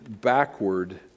backward